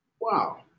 Wow